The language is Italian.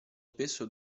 spesso